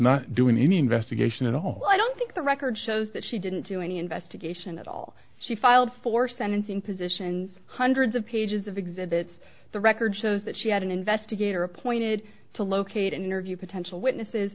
not doing any investigation at all i don't think the record shows that she didn't do any investigation at all she filed for sentencing position and hundreds of pages of exhibits the record shows that she had an investigator appointed to locate and interview potential witnesses